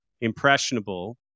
impressionable